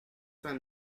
cinq